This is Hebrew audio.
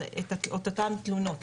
את אותן תלונות,